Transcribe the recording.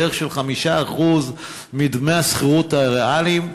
בערך 5% מדמי השכירות הריאליים,